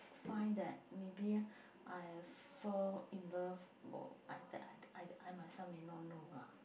find that maybe I fall in love or I that I I I myself may not know lah